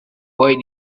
why